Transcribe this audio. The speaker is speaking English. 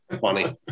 funny